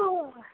ओ